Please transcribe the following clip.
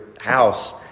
house